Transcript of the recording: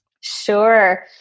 Sure